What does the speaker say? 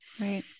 Right